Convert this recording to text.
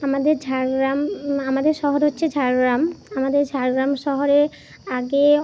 আমাদের ঝাড়গ্রাম আমাদের শহর হচ্ছে ঝাড়গ্রাম আমাদের ঝাড়গ্রাম শহরে আগে